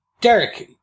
Derek